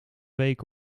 week